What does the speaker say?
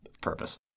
purpose